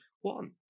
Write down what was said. one